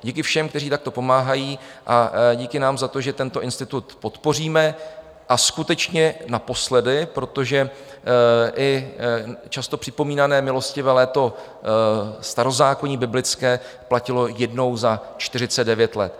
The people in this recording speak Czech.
Díky všem, kteří takto pomáhají a díky nám za to, že tento institut podpoříme, a skutečně naposledy, protože i často připomínané milostivé léto starozákonní biblické platilo jednou za 49 let.